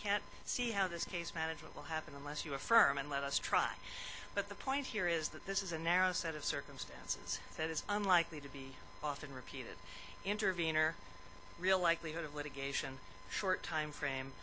can't see how this case management will happen unless you are firm and let us try but the point here is that this is a narrow set of circumstances that is unlikely to be often repeated intervenor real likelihood of litigation short timeframe